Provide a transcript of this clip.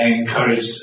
encourage